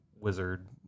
wizard